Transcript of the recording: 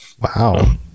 wow